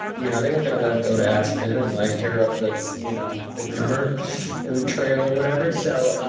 you know they weren't going to let him go to aspen and like tear up the you know the groomer trail or whatever. so um